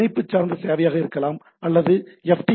இது இணைப்பு சார்ந்த சேவையாக இருக்கலாம் அதாவது எஃப்